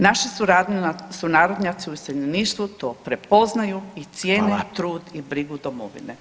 Naši sunarodnjaci u iseljeništvu to prepoznaju i cijene trud i brigu domovine.